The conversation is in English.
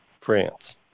France